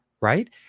right